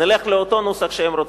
נלך לאותו נוסח שהם רוצים,